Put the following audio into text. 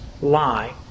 lie